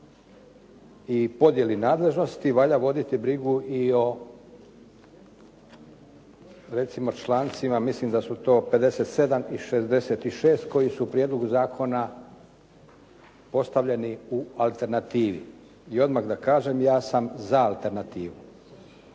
i podjeli nadležnosti, valja voditi brigu i o recimo člancima, mislim da su to 57. i 66. koji su u prijedlogu zakona postavljeni u alternativi. I odmah da kažem, ja sam za alternativu,